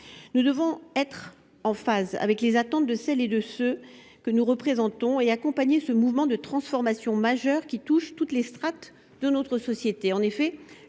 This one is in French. Nous devons être en phase avec les attentes de ceux que nous représentons et accompagner ce mouvement de transformation majeure qui touche toutes les strates de notre société.